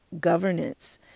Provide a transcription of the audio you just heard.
governance